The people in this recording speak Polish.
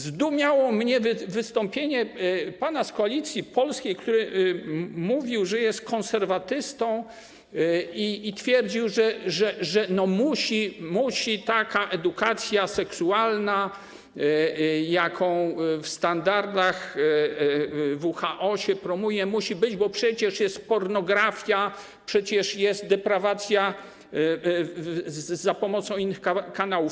Zdumiało mnie wystąpienie pana z Koalicji Polskiej, który mówił, że jest konserwatystą, i twierdził, że taka edukacja seksualna, jaką w standardach WHO się promuje, musi być, bo przecież jest pornografia, przecież jest deprawacja za pomocą innych kanałów.